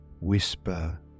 whisper